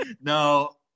No